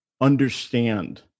understand